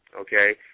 okay